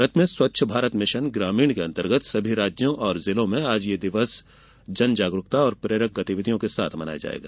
भारत में स्वच्छ भारत मिशन ग्रामीण के अंतर्गत सभी राज्यों और जिलों में आज यह दिन जन जागरूकता और प्रेरक गतिविधियों के साथ मनाया जाएगा